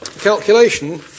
calculation